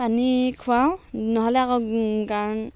পানী খুৱাওঁ নহ'লে আকৌ কাৰণ